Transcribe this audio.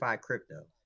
crypto